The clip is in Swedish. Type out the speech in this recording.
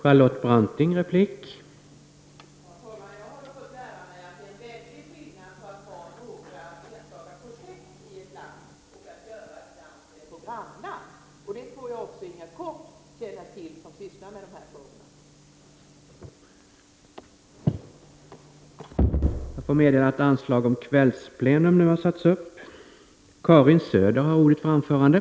Jag får meddela att anslag nu har satts upp om att detta sammanträde skall fortsätta efter kl. 19.00.